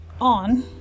on